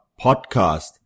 Podcast